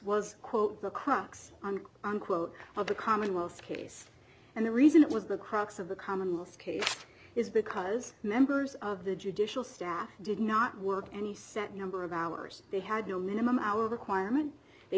was quote the crux on unquote of the commonwealth's case and the reason it was the crux of the commonwealth's case is because members of the judicial staff did not work any set number of hours they had no minimum hour requirement they